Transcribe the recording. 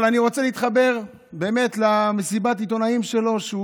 אבל אני רוצה להתחבר באמת למסיבת העיתונאים שלו,